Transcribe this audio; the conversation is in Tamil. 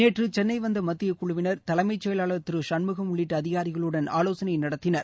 நேற்று சென்னை வந்த மத்தியக் குழுவினர் தலைமைச் செயலாளர் திரு சண்முகம் உள்ளிட்ட அதிகாரிகளுடன் ஆலோசனை நடத்தினர்